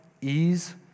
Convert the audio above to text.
ease